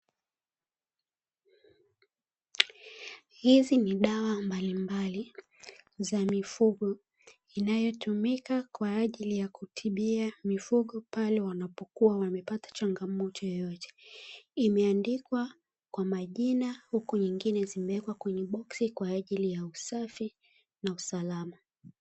Hizi ni dawa mbalimbali za mifugo inayotumika kwa ajili ya kutibia mifugo pale wanapokua wamepata changamoto yoyote, imeandikwa kwa majina huku nyingine zimewekwa kwenye maboksi kwa ajili ya usafi na usalama.